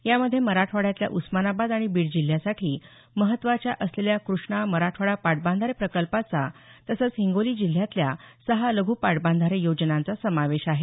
यामध्ये मराठवाड्यातल्या उस्मानाबाद आणि बीड जिल्ह्यासाठी महत्त्वाच्या असलेल्या कृष्णा मराठवाडा पाटबंधारे प्रकल्पाचा तसंच हिंगोली जिल्ह्यातल्या सहा लध्र पाटबंधारे योजनांचा समावेश आहे